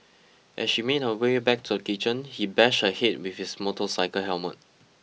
as she made her way back to the kitchen he bashed her head with his motorcycle helmet